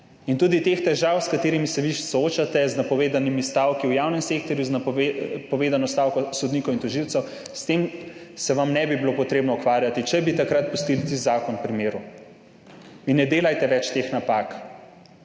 In tudi teh težav, s katerimi se vi soočate, napovedane stavke v javnem sektorju, napovedane stavke sodnikov in tožilcev, s tem se vam ne bi bilo treba ukvarjati, če bi takrat pustili tisti zakon pri miru. Ne delajte več teh napak.